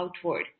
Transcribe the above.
outward